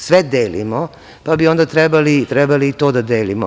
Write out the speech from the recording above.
Sve delimo, pa bi onda trebali i to da delimo.